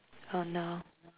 oh no